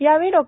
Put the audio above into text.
यावेळी डॉ